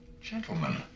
Gentlemen